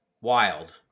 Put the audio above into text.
wild